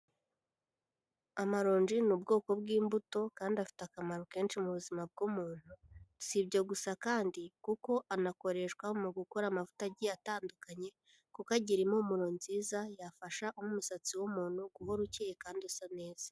Amaronji ni ubwoko bw'imbuto kandi afite akamaro kenshi mu buzima bw'umuntu, si ibyo gusa kandi kuko anakoreshwa mu gukora amavuta agiye atandukanye, kuko agira impumuro nziza yafasha umusatsi w'umuntu guhora ucyeye kandi usa neza.